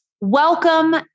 welcome